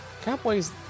Cowboys